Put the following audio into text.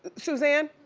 suzanne?